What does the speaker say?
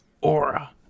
aura